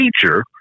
teacher